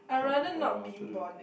not very well to do